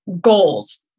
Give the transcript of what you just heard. goals